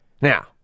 Now